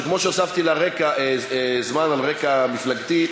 שכמו שהוספתי לה זמן על רקע מפלגתי,